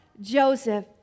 Joseph